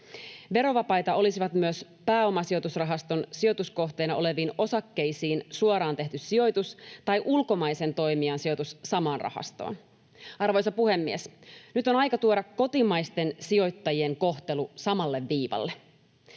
Verovapaita olisivat myös pääomasijoitusrahaston sijoituskohteena oleviin osakkeisiin suoraan tehty sijoitus tai ulkomaisen toimijan sijoitus samaan rahastoon. Arvoisa puhemies! Nyt on aika tuoda kotimaisten sijoittajien kohtelu samalle viivalle.